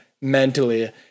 mentally